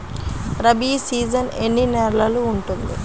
Rabi season ఎన్ని నెలలు ఉంటుంది?